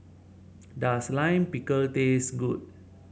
does Lime Pickle taste good